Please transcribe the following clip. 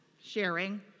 Sharing